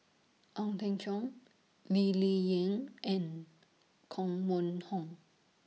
Ong Teng Cheong Lee Ling Yen and Koh Mun Hong